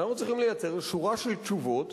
אנחנו צריכים לייצר שורה של תשובות